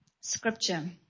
scripture